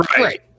Right